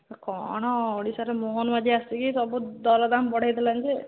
କଣ ଓଡ଼ିଶାରେ ମୋହନ ମାଝି ଆସିକି ସବୁ ଦରଦାମ ବଢ଼େଇ ଦେଲେଣି ଯେ